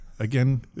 Again